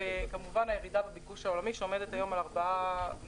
וכמובן הירידה בביקוש העולמי שעומדת כיום על 4.4%,